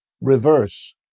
reverse